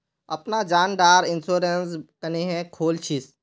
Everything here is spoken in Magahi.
अपना जान डार इंश्योरेंस क्नेहे खोल छी?